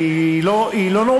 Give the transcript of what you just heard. לא שמעתי עליה עד היום במשרד.